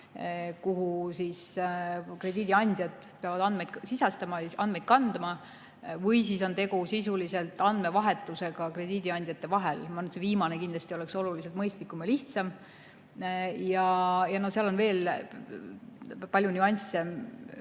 kuhu krediidiandjad peavad andmeid sisestama, andmeid kandma, või on tegu sisuliselt andmevahetusega krediidiandjate vahel. Ma arvan, et see viimane kindlasti oleks oluliselt mõistlikum ja lihtsam. No seal on veel palju nüansse, mille